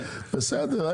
בסדר.